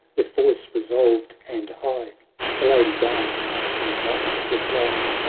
with voice resolved and higha the lady deignvl him not reply.